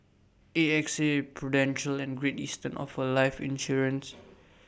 A X A prudential and great eastern offer life insurance